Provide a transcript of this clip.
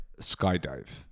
skydive